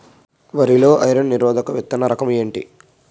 వరి లో ఐరన్ నిరోధక విత్తన రకం ఏంటి?